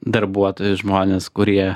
darbuotojus žmones kurie